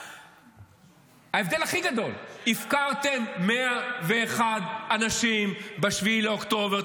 ההבדל הכי גדול: הפקרתם 101 אנשים ב-7 באוקטובר.